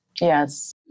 Yes